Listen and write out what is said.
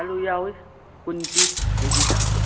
ꯑꯥꯜꯂꯨ ꯌꯥꯎꯏ ꯀꯨꯟ ꯄꯤ ꯀꯦ ꯖꯤꯗ